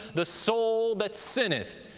the soul that sinneth,